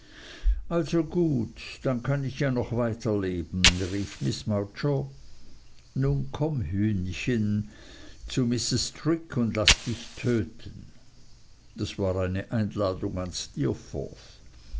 also gut dann kann ich ja noch weiter leben rief miß mowcher nun komm hühnchen zu mrs strick und laß dich töten das war eine einladung an steerforth